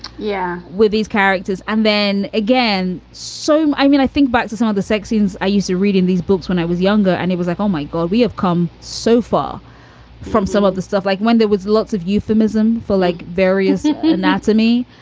yeah. with these characters. and then again, so i mean i think back to some of the sex scenes i used to reading these books when i was younger and he was like, oh my god, we have come so far from some of the stuff, like when there was lots of euphemism for like various anatomy.